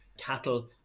cattle